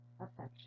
affection